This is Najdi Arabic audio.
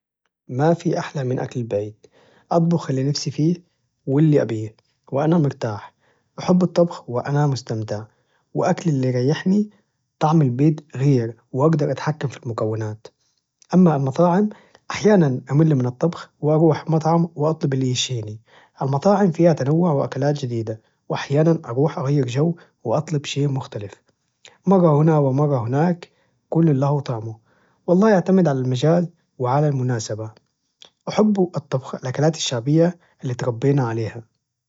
ما في أحلى من أكل البيت، أطبخ إللي نفسي فيه وإللي أبيه وأنا مرتاح، أحب الطبخ وأنا مستمتع، وأكل إللي يريحني طعم البيت غير وأقدر أتحكم في المكونات، أما المطاعم أحياناً أمل من الطبخ وأروح مطعم وأطلب إللي يشهيني، المطاعم فيها تنوع وأكلات جديدة، وأحياناً أروح أغير جو وأطلب شي مختلف مرة هنا ومرة هناك كل له طعمه، والله يعتمد على المجال وعلى المناسبة أحب الطبخ للأكلات الشعبية إللي تربينا عليها.